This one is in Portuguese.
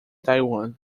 taiwan